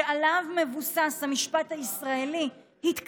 שעליו מבוסס המשפט הישראלי, התקדם,